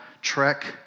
trek